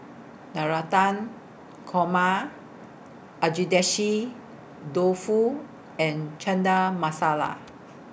Navratan Korma Agedashi Dofu and Masala